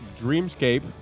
Dreamscape